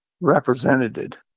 represented